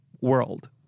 world